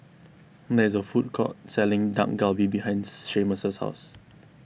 there is a food court selling Dak Galbi behind Seamus' house